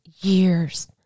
years